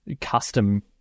custom